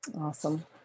Awesome